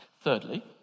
Thirdly